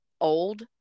old